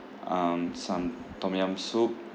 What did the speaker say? um some tom yam soup